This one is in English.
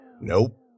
Nope